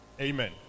Amen